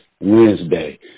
Wednesday